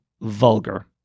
vulgar